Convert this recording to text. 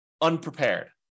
unprepared